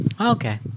Okay